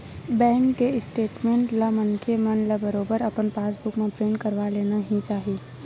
bank के statement ला मनखे मन ल बरोबर अपन पास बुक म प्रिंट करवा लेना ही चाही